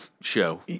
show